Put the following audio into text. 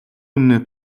үнэнээ